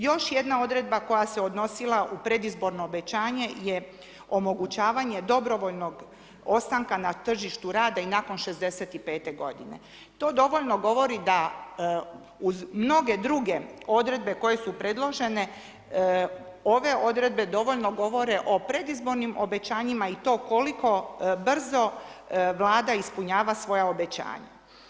Još jedna odredba koja se je odnosila u predizborno obećanje je omogućavanje dobrovoljnog ostanka na tržišta rada i nakon 65 g. To dovoljno govori da uz mnoge druge odredba koje su predložene, ove odredbe dovoljno govore o predizbornim obećanjima i toliko brzo vlada ispunjava svoje obećanja.